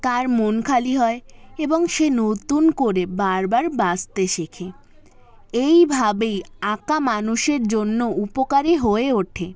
তার মন খালি হয় এবং সে নতুন করে বারবার বাঁচতে শেখে এইভাবেই আঁকা মানুষের জন্য উপকারী হয়ে ওঠে